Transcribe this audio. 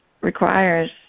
requires